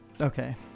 Okay